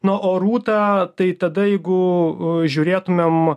na o rūta tai tada jeigu u žiūrėtumėm